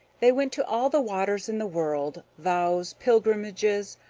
they went to all the waters in the world vows, pilgrimages,